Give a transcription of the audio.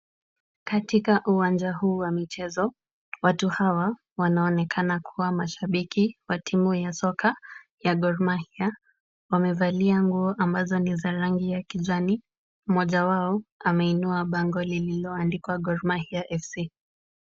Katika uwanja huu wa mchezo, watu hawa wanaonekana kuwa mashabiki wa timu ya soka ya Gor Mahia. Wamevalia nguo ambazo ni za rangi ya kijani. Mmoja wao ameinua bango lililoandikwa Gor Mahia FC.